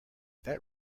that